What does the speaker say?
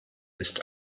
ist